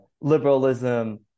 liberalism